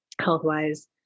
health-wise